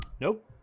Nope